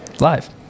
live